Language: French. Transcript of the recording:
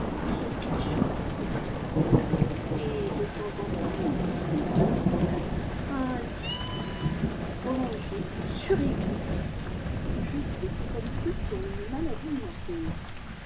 se cacher à tous les regards et de temps en temps il poussait un nouveau cri un tiiitiiit prolongé suraigu je pris cette habitude pour une maladie nerveuse